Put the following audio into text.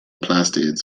plastids